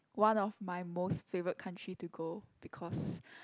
one of my most favorite country to go because